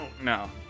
No